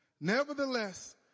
Nevertheless